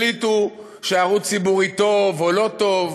והחליטו שערוץ ציבורי טוב, או לא טוב,